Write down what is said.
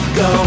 go